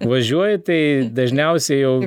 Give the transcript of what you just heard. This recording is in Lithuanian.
važiuoji tai dažniausiai jau